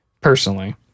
personally